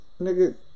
Nigga